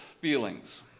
feelings